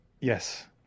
Yes